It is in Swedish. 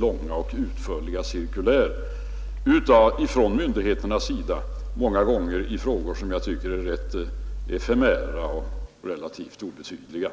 långa och utförliga cirkulär från myndigheterna — många gånger i frågor som jag tycker är efemära och relativt obetydliga.